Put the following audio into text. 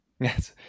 Yes